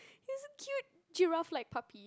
isn't cute giraffe like puppy